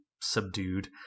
subdued